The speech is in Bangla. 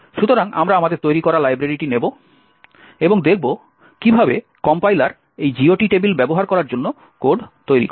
সুতরাং আমরা আমাদের তৈরি করা লাইব্রেরিটি নেব এবং দেখব কিভাবে কম্পাইলার এই GOT টেবিল ব্যবহার করার জন্য কোড তৈরি করে